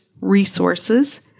resources